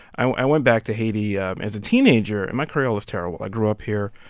i went back to haiti um as a teenager and my creole is terrible. i grew up here.